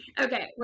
Okay